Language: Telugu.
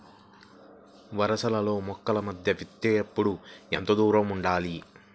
వరసలలో మొక్కల మధ్య విత్తేప్పుడు ఎంతదూరం ఉండాలి?